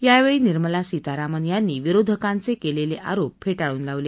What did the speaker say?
यावेळी निर्मला सीतारामन यांनी विरोधकांनी केलेले आरोप फेटाळून लावले